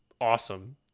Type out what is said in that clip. awesome